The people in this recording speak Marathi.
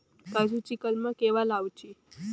काजुची कलमा केव्हा लावची?